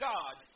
God